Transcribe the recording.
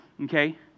Okay